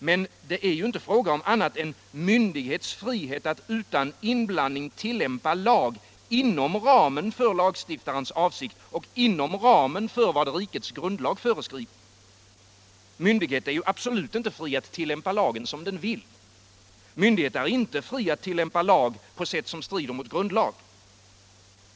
Men det är ju inte fråga om annat än myndighets frihet att utan inblandning tillämpa lag inom ramen för lagstiftarens avsikt och inom ramen för vad rikets grundlag föreskriver. Myndighet är absolut inte fri att tillämpa lagen som den vill. Myndighet 132 är inte fri att tillämpa lag på sätt som strider mot grundlag.